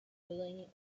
ruling